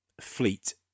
Fleet